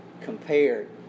compared